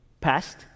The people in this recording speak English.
Past